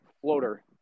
floater